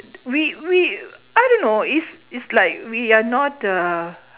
we we I don't know is is like we are not uhh